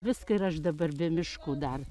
viską ir aš dabar be miško dar